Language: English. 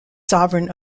sovereign